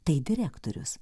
tai direktorius